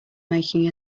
making